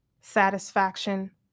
satisfaction